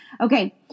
Okay